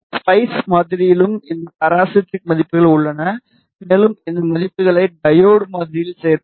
spice மாதிரியிலும் இந்த parasitic மதிப்புகள் உள்ளன மேலும் இந்த மதிப்புகளை டையோடு மாதிரியில் சேர்ப்போம்